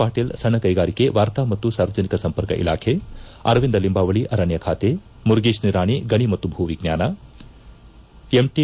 ಪಾಟೀಲ್ ಸಣ್ಣ ಕೈಗಾಂಕೆ ವಾರ್ತಾ ಮತ್ತು ಸಾರ್ವಜನಿಕ ಸಂಪರ್ಕ ಇಲಾಖೆ ಅರವಿಂದ ಲಿಂಬಾವಳಿ ಅರಣ್ಣ ಖಾತೆ ಮುರುಗೇಶ್ ನಿರಾಣಿ ಗಣಿ ಮತ್ತು ಭೂವಿಜ್ಞಾನ ಎಂಟಿ